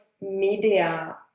media